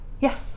Yes